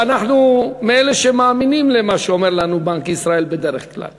ואנחנו מאלה שמאמינים בדרך כלל